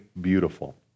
beautiful